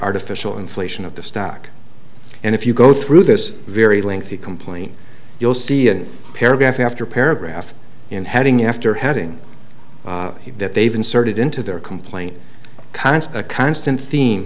artificial inflation of the stock and if you go through this very lengthy complaint you'll see a paragraph after paragraph in heading after heading that they've inserted into their complaint cons a constant theme